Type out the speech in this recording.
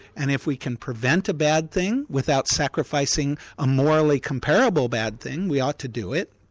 and if we can prevent a bad thing without sacrificing a morally comparable bad thing, we ought to do it.